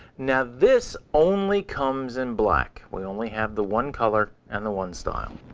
now this only comes in black. we only have the one color and the one style.